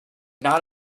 not